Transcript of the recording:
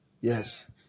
Yes